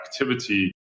activity